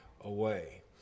away